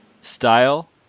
style